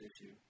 issue